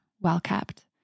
well-kept